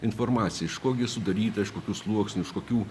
informaciją iš ko ji sudaryta iš kokių sluoksnių iš kokių